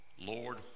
Lord